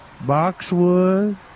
Boxwood